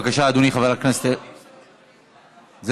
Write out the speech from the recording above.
בבקשה, אדוני, חבר הכנסת, לא, אני מסכם.